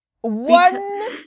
One